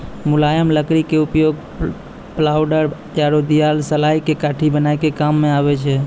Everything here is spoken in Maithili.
मुलायम लकड़ी के उपयोग प्लायउड आरो दियासलाई के काठी बनाय के काम मॅ आबै छै